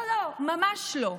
כאילו סביר, לא, לא, ממש לא.